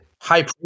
High